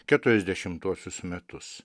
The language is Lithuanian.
keturiasdešimtuosius metus